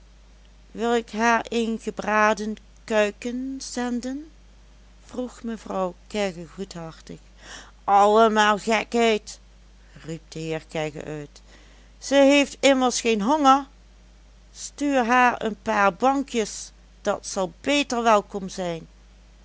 wil ik haar een gebraden kuiken zenden vroeg mevrouw kegge goedhartig allemaal gekheid riep de heer kegge uit ze heeft immers geen honger stuur haar een paar bankjes dat zal beter welkom zijn